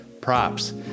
props